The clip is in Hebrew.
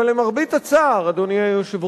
אבל למרבה הצער, אדוני היושב-ראש,